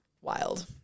wild